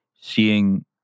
seeing